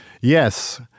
Yes